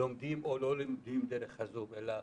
לומדים או לא לומדים דרך הזום, אלא